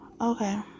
okay